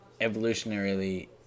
evolutionarily